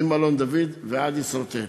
ממלון "דיוויד" ועד "ישרוטל",